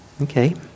Okay